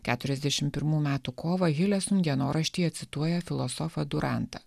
keturiasdešim pirmų metų kovą hilės dienoraštyje cituoja filosofą durantą